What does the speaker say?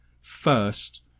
first